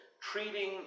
treating